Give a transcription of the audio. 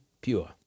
pure